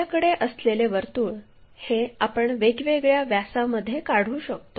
आपल्याकडे असलेले वर्तुळ हे आपण वेगवेगळ्या व्यासामध्ये काढू शकतो